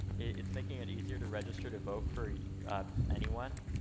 it's making it easier to register to vote for anyone.